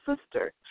sister